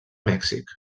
mèxic